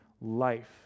life